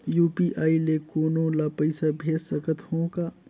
UPI ले कोनो ला पइसा भेज सकत हों का?